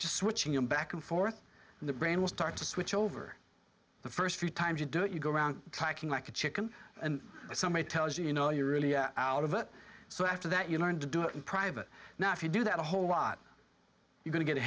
just switching back and forth in the brain will start to switch over the first few times you do it you go around talking like a chicken and somebody tells you no you're really out of it so after that you learned to do it in private now if you do that a whole lot you can get a